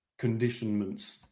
conditionments